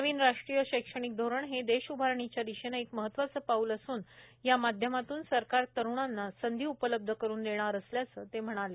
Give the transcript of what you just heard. नवीन राष्ट्रीय शैक्षणिक धोरण हे देश उभारणीच्या दिशेनं एक पाऊल असून या माध्यमातून सरकार तरुणांना संधी उपलब्ध करुन देणार असल्याचं ते म्हणाले